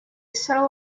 settle